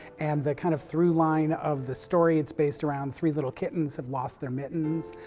and the kind of through-line of the story, it's based around three little kittens have lost their mittens,